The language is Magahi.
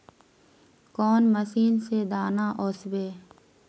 कौन मशीन से दाना ओसबे?